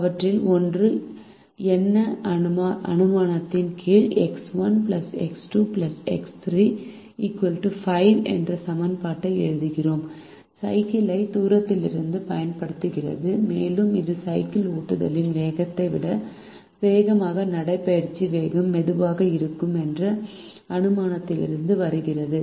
அவற்றில் ஒன்று என்ற அனுமானத்தின் கீழ் x 1 x 2 x 3 5X1 X2X3 5 என்ற சமன்பாட்டை எழுதுகிறோம் சைக்கிளை தூரத்திலிருந்தே பயன்படுத்துகிறது மேலும் இது சைக்கிள் ஓட்டுதலின் வேகத்தை விட வேகமான நடைபயிற்சி வேகம் மெதுவாக இருக்கும் என்ற அனுமானத்திலிருந்து வருகிறது